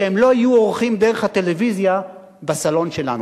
שהם לא יהיו אורחים דרך הטלוויזיה בסלון שלנו.